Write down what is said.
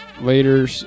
later